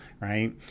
right